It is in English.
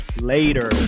later